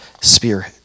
spirit